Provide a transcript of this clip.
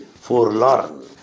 forlorn